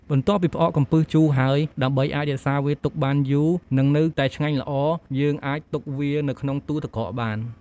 បន្ទាប់ពីផ្អកកំពឹសជូរហើយ ដើម្បីអាចរក្សាវាទុកបានយូរ និងនៅតែឆ្ងាញ់ល្អ យើងអាចទុកវានៅក្នុងទូទឹកកកបាន។